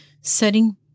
setting